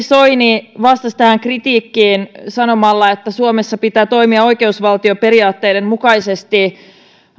soini vastasi tähän kritiikkiin sanomalla että suomessa pitää toimia oikeusvaltioperiaatteiden mukaisesti